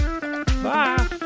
Bye